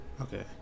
Okay